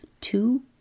two